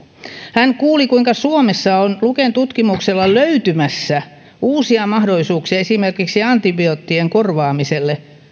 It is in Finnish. hän kuuli kuinka suomessa on luken tutkimuksella löytymässä uusia mahdollisuuksia esimerkiksi antibioottien korvaamiseen